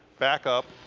back up